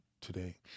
today